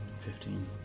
Fifteen